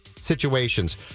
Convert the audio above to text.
situations